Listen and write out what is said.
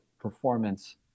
performance